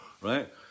right